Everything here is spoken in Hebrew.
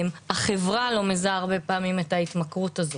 החברה לא מזהה הרבה פעמים את ההתמכרות הזאת,